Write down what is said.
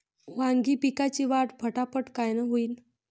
वांगी पिकाची वाढ फटाफट कायनं होईल?